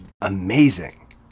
amazing